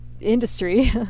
industry